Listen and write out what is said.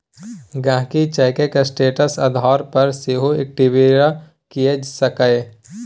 गांहिकी चैकक स्टेटस आधार पर सेहो इंक्वायरी कए सकैए